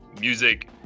music